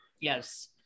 Yes